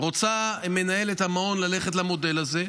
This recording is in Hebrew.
רוצה מנהלת המעון ללכת למודל הזה,